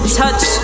touch